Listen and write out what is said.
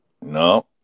no